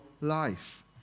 life